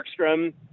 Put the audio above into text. Markstrom